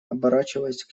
оборачиваясь